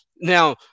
now